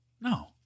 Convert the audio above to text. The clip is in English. No